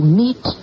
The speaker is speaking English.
meet